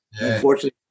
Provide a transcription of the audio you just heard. Unfortunately